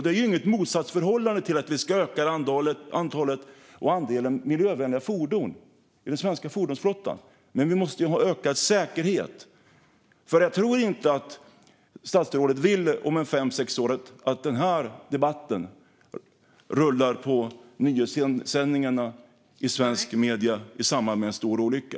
Detta är inget motsatsförhållande till att vi ska öka antalet och andelen miljövänliga fordon i den svenska fordonsflottan. Men vi måste ha ökad säkerhet, för jag tror faktiskt inte att statsrådet om fem sex år vill att den här debatten ska rulla i nyhetssändningarna i svenska medier i samband med en stor olycka.